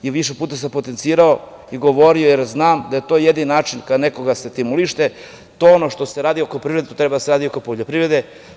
Više puta sam potencirao i govorio, jer znam da je to jedini način kada nekoga stimulišete, to je ono što se radi oko privrede, to treba da se radi i oko poljoprivrede.